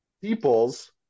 peoples